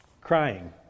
crying